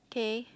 okay